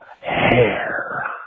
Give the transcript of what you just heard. hair